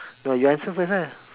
no you answer first ah